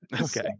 Okay